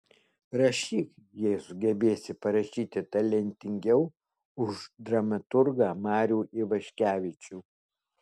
rašyk jei sugebėsi parašyti talentingiau už dramaturgą marių ivaškevičių